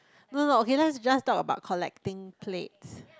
no no okay let's just talk about collecting plates